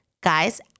Guys